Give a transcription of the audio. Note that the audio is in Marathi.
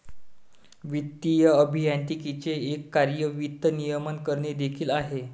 वित्तीय अभियांत्रिकीचे एक कार्य वित्त नियमन करणे देखील आहे